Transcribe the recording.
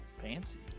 Fancy